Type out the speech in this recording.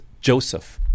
Joseph